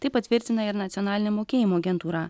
tai patvirtina ir nacionalinė mokėjimo agentūra